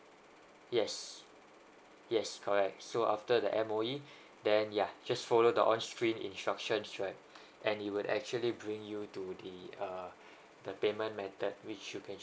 yes yes correct so after the M_O_E then yeah just follow the on screen instruction right and it would actually bring you to the uh the payment method which you can